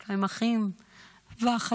יש להם אחים ואחיות.